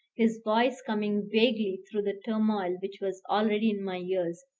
his voice coming vaguely through the turmoil which was already in my ears,